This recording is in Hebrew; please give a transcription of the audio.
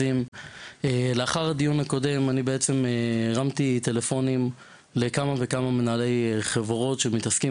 לאחר הדיון הקודם אני הרמתי טלפונים לכמה וכמה מנהלי חברות שמתעסקים